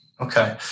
Okay